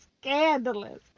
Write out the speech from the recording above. scandalous